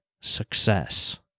success